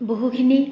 বহুখিনি